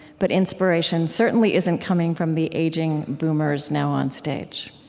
but inspiration certainly isn't coming from the aging boomers now on stage.